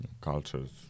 cultures